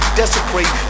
desecrate